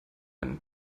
einen